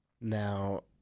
Now